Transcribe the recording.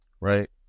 right